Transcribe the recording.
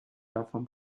davon